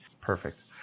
Perfect